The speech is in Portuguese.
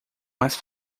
mais